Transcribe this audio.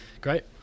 Great